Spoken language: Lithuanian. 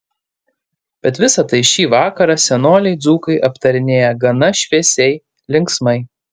bet visa tai šį vakarą senoliai dzūkai aptarinėja gana šviesiai linksmai